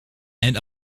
and